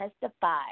Testify